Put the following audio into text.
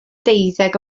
deuddeg